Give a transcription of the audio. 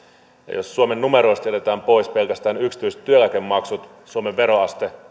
jos suomen numeroista jätetään pois pelkästään yksityiset työeläkemaksut suomen veroaste